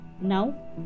Now